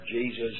Jesus